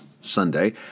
Sunday